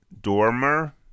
Dormer